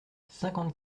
cinquante